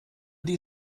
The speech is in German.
die